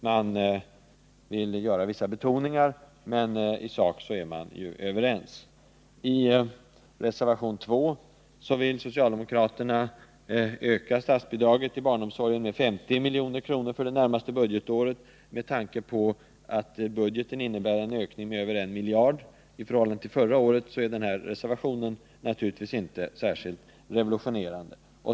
Man vill göra vissa betoningar, men i sak är man överens med majoriteten. I reservationen 2 vill socialdemokraterna öka statsbidraget till barnomsorgen med 50 milj.kr. för det närmaste budgetåret. Med tanke på att budgeten innebär en ökning med över en miljard i förhållande till förra året är den här reservationen inte särskilt revolutionerande.